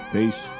Peace